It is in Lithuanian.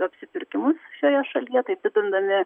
apsipirkimus šioje šalyje taip didindami